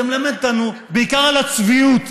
זה מלמד אותנו בעיקר על הצביעות.